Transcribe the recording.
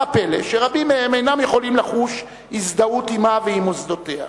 מה הפלא שרבים מהם אינם יכולים לחוש הזדהות עמה ועם מוסדותיה?